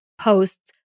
posts